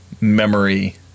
memory